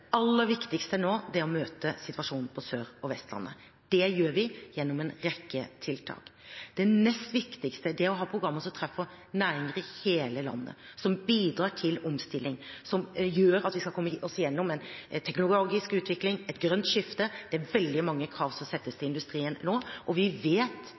aller viktigste nå er å møte situasjonen på Sør- og Vestlandet. Det gjør vi gjennom en rekke tiltak. Det nest viktigste er å ha programmer som treffer næringer i hele landet, som bidrar til omstilling, og som gjør at vi skal komme oss gjennom en teknologisk utvikling, et grønt skrifte. Det er veldig mange krav som settes til industrien nå, og vi vet